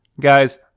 guys